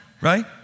right